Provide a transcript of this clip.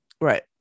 Right